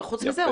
וחוץ מזה,